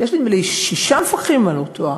יש, נדמה לי, שישה מפקחים, אם אני לא טועה,